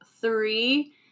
three